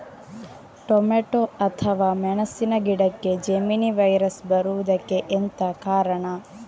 Tomato ಅಥವಾ ಮೆಣಸಿನ ಗಿಡಕ್ಕೆ ಜೆಮಿನಿ ವೈರಸ್ ಬರುವುದಕ್ಕೆ ಎಂತ ಕಾರಣ?